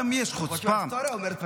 גם יש חוצפה --- זה ההיסטוריה אומרת.